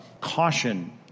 caution